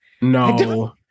No